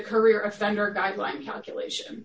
courier offender guideline calculation